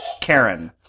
Karen